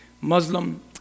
Muslim